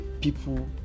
people